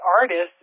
artists